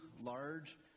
large